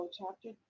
chapter